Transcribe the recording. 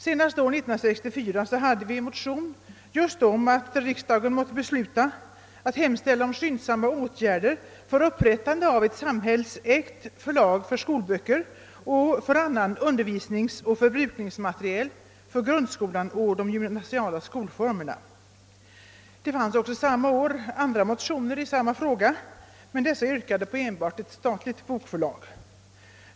Senast år 1964 begärde vi i en motion just att riksdagen måtte besluta att hemställa om skyndsamma åtgärder för upprättande av ett samhällsägt förlag för skolböcker och annan undervisningsoch förbrukningsmateriel för grundskolan och de gymnasiala skolformerna. Samma år förekom också andra motioner i samma fråga, men i dessa yrkades enbart på ett statligt bokförlag.